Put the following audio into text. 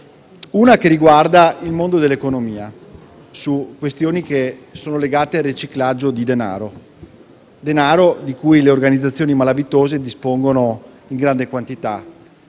inchiesta riguarda il mondo dell'economia e attiene a questioni legate al riciclaggio di denaro, di cui le organizzazioni malavitose dispongono in grande quantità.